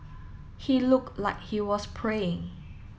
he looked like he was praying